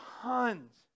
Tons